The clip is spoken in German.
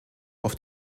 auf